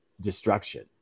destruction